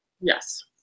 Yes